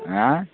हाँ